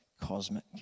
cosmic